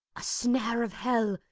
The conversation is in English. a snare of hell,